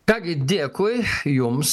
ką gi dėkui jums